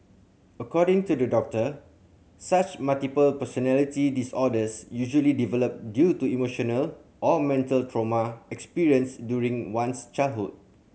according to the doctor such multiple personality disorders usually develop due to emotional or mental trauma experienced during one's childhood